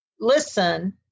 Listen